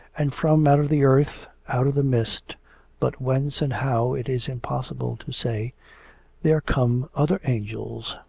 and from out of the earth, out of the mist but whence and how it is impossible to say there come other angels,